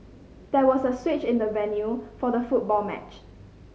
there was a switch in the venue for the football match